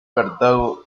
cartago